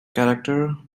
character